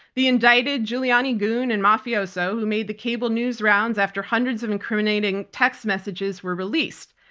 the indicted giuliani goon and mafioso who made the cable news rounds after hundreds of incriminating text messages were released.